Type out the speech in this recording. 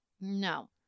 No